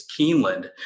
Keeneland